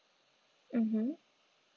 mmhmm